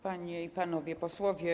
Panie i Panowie Posłowie!